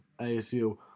ASU